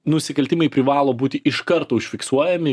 nusikaltimai privalo būti iš karto užfiksuojami